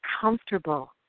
comfortable